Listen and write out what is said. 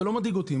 זה לא מדאיג אותי.